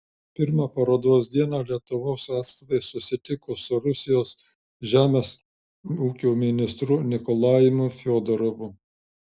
pirmą parodos dieną lietuvos atstovai susitiko su rusijos žemės ūkio ministru nikolajumi fiodorovu